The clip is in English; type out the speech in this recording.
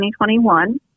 2021